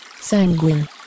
sanguine